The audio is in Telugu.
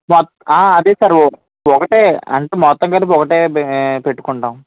వాక్ అదే సార్ ఒకటే అంటే మొత్తం కలిపి ఒకటే పెట్టుకుంటాం